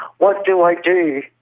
what do i do?